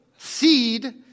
Seed